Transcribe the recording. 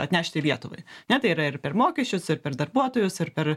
atnešti lietuvai ne tai yra ir per mokesčius ir per darbuotojus ir per